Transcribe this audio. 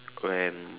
when